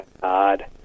God